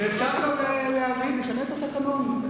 אפשר גם לשנות את התקנון.